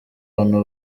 abantu